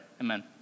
amen